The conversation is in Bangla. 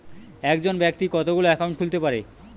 একজন ব্যাক্তি কতগুলো অ্যাকাউন্ট খুলতে পারে?